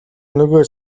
нөгөө